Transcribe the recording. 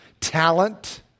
talent